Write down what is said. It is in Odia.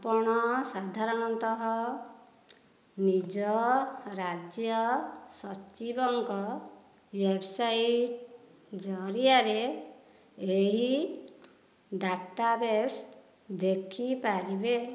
ଆପଣ ସାଧାରଣତଃ ନିଜ ରାଜ୍ୟ ସଚିବଙ୍କ ୱେବସାଇଟ ଜରିଆରେ ଏହି ଡାଟାବେସ ଦେଖିପାରିବେ